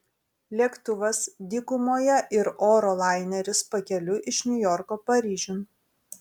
lėktuvas dykumoje ir oro laineris pakeliui iš niujorko paryžiun